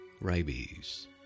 Rabies